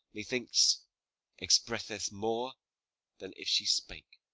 methinks, expresseth more than if she spake.